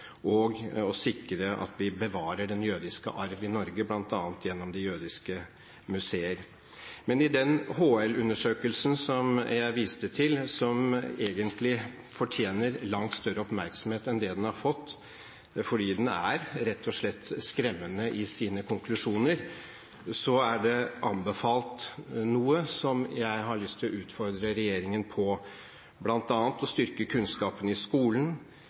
og å sikre at vi bevarer den jødiske arv i Norge, bl.a. gjennom de jødiske museer. I den HL-undersøkelsen som jeg viste til, som egentlig fortjener langt større oppmerksomhet enn det den har fått, fordi den rett og slett er skremmende i sine konklusjoner, er det anbefalt noe som jeg har lyst til å utfordre regjeringen på, bl.a. å styrke kunnskapen i skolen,